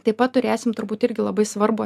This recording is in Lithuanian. taip pat turėsim turbūt irgi labai svarbų